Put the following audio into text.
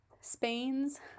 Spain's